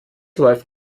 läuft